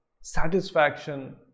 satisfaction